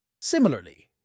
Similarly